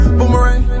Boomerang